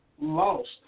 lost